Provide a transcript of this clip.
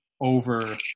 over